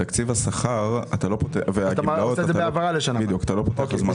בתקציב השכר והגמלאות אתה לא פותח הזמנה.